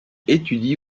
étudie